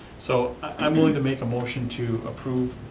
so i'm willing to make a motion to approve